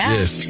Yes